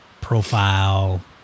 profile